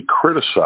criticized